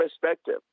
perspective